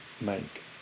make